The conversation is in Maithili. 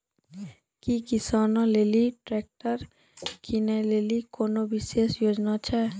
कि किसानो लेली ट्रैक्टर किनै लेली कोनो विशेष योजना छै?